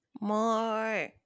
more